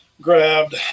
grabbed